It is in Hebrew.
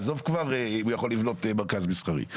שלא לדבר על מרכז מסחרי.